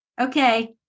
Okay